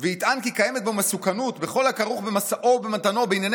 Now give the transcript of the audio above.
ויטען כי קיימת בו מסוכנות בכל הכרוך במשאו ובמתנו בענייני